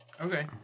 Okay